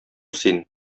син